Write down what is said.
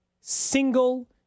single